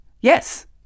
Yes